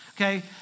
okay